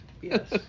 yes